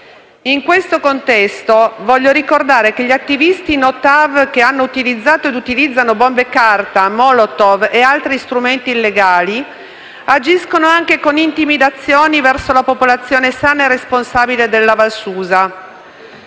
In questo contesto, voglio ricordare che gli attivisti no TAV che hanno utilizzato ed utilizzano bombe carta, molotov e altri strumenti illegali, agiscono anche con intimidazioni verso la popolazione sana e responsabile della Valsusa.